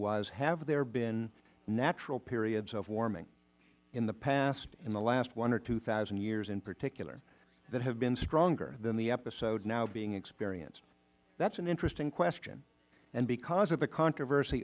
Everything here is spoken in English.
was have there been natural periods of warming in the past in the last one thousand or two zero years in particular that have been stronger than the episode now being experienced that is an interesting question and because of the controversy